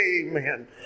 amen